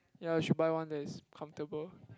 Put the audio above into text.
ya you should buy one that is comfortable